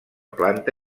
planta